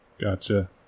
Gotcha